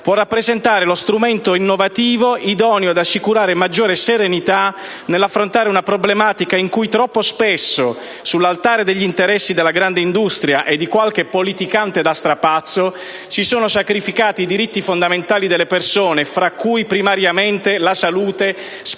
può rappresentare lo strumento innovativo idoneo ad assicurare maggiore serenità nell'affrontare una problematica in cui troppo spesso, sull'altare degli interessi della grande industria e di qualche politicante da strapazzo, si sono sacrificati i diritti fondamentali delle persone, fra cui primariamente la salute, specie